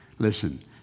Listen